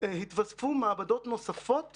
והתווספו מעבדות נוספות